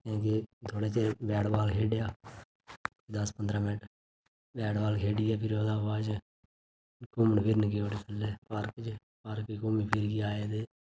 पार्के च गे थोह्ड़ा चिर बैट बॉल खेड्ढेआ दस्स पंद्रह मैन्ट बैट बाल खेड्ढिए फिर ओह्दे बाद घुम्मन फिरन गे उठी उत्थै पार्क च पार्क च घुम्मी फिरियै आए ते